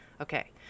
okay